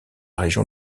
région